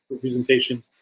presentation